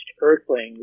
Earthlings